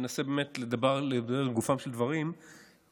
ננסה באמת לדבר לגופם של דברים ונלך,